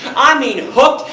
i mean hooked!